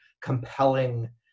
compelling